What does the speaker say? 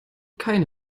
keine